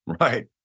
Right